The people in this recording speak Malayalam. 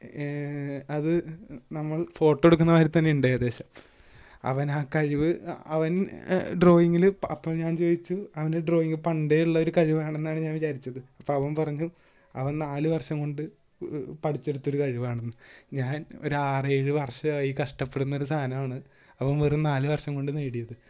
അത് നമ്മള് ഫോട്ടോ എടുക്കുന്ന മാതിരി തന്നെ ഉണ്ട് ഏകദേശം അവനാക്കഴിവ് അവന് ഡ്രോയിങ്ങില് അപ്പം ഞാന് ചോദിച്ച് അവന് ഡ്രോയിങ് പണ്ടേ ഉള്ളൊര് കഴിവാണെന്നാണ് ഞാന് വിചാരിച്ചത് അപ്പം അവന് പറഞ്ഞു അവൻ നാല് വര്ഷം കൊണ്ട് പഠിച്ചേടുത്തൊരു കഴിവാണെന്ന് ഞാന് ഒര് ആറേഴ് വര്ഷമായി കഷ്ട്ടപ്പെടുന്നൊരു സാധനമാണ് അവന് വെറും നാല് വര്ഷം കൊണ്ട് നേടിയത്